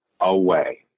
away